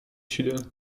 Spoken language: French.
sud